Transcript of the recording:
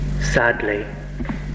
Sadly